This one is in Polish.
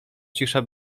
cisza